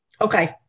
Okay